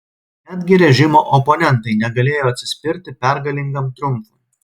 netgi režimo oponentai negalėjo atsispirti pergalingam triumfui